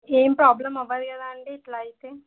ఏం ప్రాబ్లం అవ్వదు కదా అండి ఇట్లా అయితే